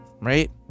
right